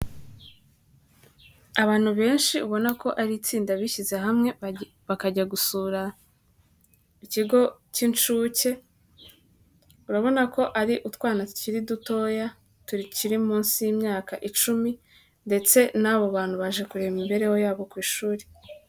Abantu benshi ubona ko ari itsinda bishyize hamwe bakajya gusura ikigo cy'inshuke, urabona ko ari utwana tukiri dutoya turikiri munsi y'imyaka icumi ndetse n'abo bantu baje kureba imibereho yabo ku ishuri.